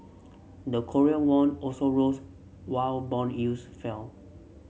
the Korean won also rose while bond yields fell